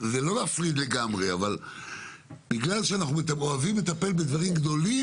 כי בגלל שאנחנו אוהבים לטפל בדברים גדולים